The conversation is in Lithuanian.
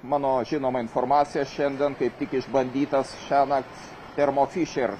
mano žinoma informacija šiandien kaip tik išbandytas šiąnakt termofischer